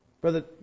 Brother